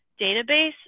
database